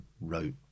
wrote